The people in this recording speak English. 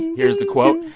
here's the quote.